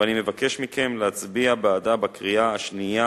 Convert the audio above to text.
ואני מבקש מכם להצביע בעדה בקריאה השנייה